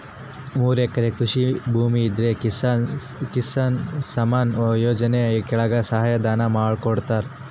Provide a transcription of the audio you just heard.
ಮೂರು ಎಕರೆ ಕೃಷಿ ಭೂಮಿ ಇದ್ರ ಕಿಸಾನ್ ಸನ್ಮಾನ್ ಯೋಜನೆ ಕೆಳಗ ಸಹಾಯ ಧನ ಕೊಡ್ತಾರ